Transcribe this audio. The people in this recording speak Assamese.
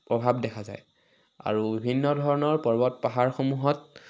প্ৰভাৱ দেখা যায় আৰু বিভিন্ন ধৰণৰ পৰ্বত পাহাৰসমূহত